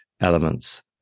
elements